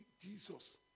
Jesus